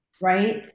Right